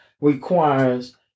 requires